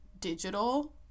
digital